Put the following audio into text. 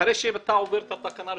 אחרי שאתה עובר את התקנה הראשונה,